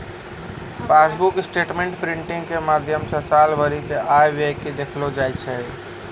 passbook statement printing के माध्यमो से साल भरि के आय व्यय के देखलो जाय छै